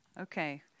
Okay